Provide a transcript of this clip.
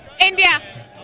India